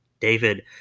David